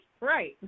Right